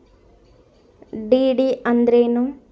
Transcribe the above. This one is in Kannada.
ಡಿ.ಡಿ ಅಂದ್ರೇನು?